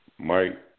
Mike